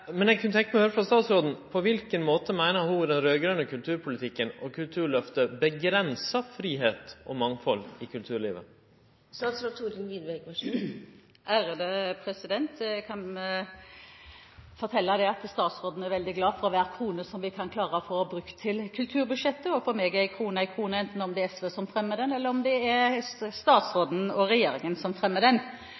Men eg kunne tenke meg å høyre på kva for måte statsråden meiner den raud-grøne kulturpolitikken og Kulturløftet har avgrensa fridom og mangfald i kulturlivet. Jeg kan fortelle at statsråden er veldig glad for hver krone vi kan klare å få brukt til kulturbudsjettet, og for meg er en krone en krone, enten det er SV som fremmer den, eller det er